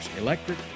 electric